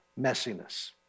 messiness